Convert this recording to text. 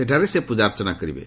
ସେଠାରେ ସେ ପ୍ରଜାର୍ଚ୍ଚନା କରିବେ